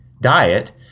diet